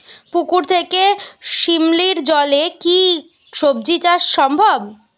পুকুর থেকে শিমলির জলে কি সবজি চাষ সম্ভব?